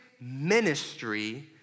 ministry